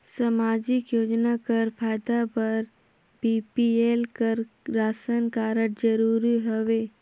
समाजिक योजना कर फायदा बर बी.पी.एल कर राशन कारड जरूरी हवे?